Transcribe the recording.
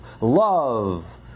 love